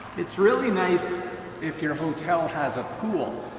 it's really nice if your hotel has a pool.